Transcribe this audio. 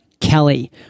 Kelly